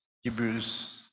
hebrews